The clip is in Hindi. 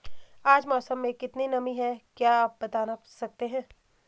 आज मौसम में कितनी नमी है क्या आप बताना सकते हैं?